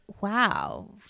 wow